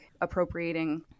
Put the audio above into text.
appropriating